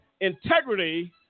integrity